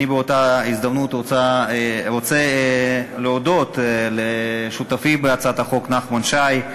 בהזדמנות זו אני רוצה להודות לשותפי בהצעת החוק נחמן שי,